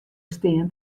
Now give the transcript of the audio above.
stean